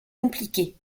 compliqué